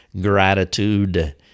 gratitude